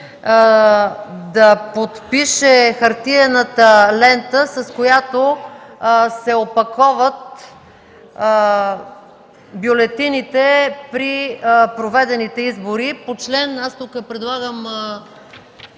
да подпише хартиената лента, с която се опаковат бюлетините при проведените избори.